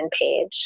page